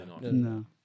no